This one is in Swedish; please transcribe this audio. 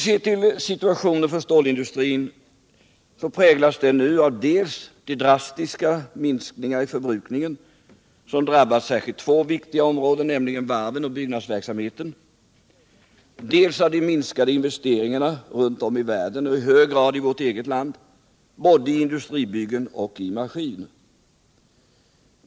Stålindustrins situation präglas nu dels av drastiska minskningar i förbrukningen som drabbat särskilt två viktiga områden, nämligen varven och byggnadsverksamheten, dels av att investeringarna minskat runt om i världen och i hög grad i vårt eget land, både i industribyggen och i maskiner.